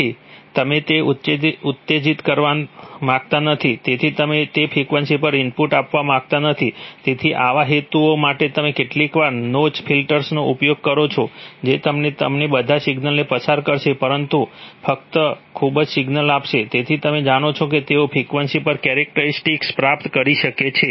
તેથી તમે તેને ઉત્તેજિત કરવા માંગતા નથી તેથી તમે તે ફ્રીક્વન્સી પર ઇનપુટ આપવા માંગતા નથી તેથી આવા હેતુઓ માટે તમે કેટલીકવાર નોચ ફિલ્ટર્સનો ઉપયોગ કરો છો જે તમને તમને બધા સિગ્નલ્સને પસાર કરશે પરંતુ ફક્ત ખૂબ જ સિગ્નલ્સ આપશે તેથી તમે જાણો છો કે તેઓએ ફ્રીક્વન્સી પર કેરેક્ટરિસ્ટિકસ પ્રાપ્ત કરી છે